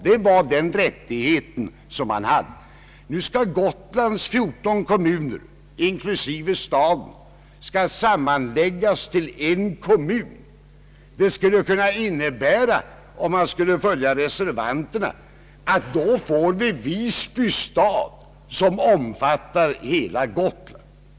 Det var den rättighet man hade. Nu skall Gotlands fjorton kommuner inklusive staden sammanläggas till en kommun. Om man skulle följa reservanterna skulle det kunna innebära att vi får Visby stad, som omfattar hela Gotland.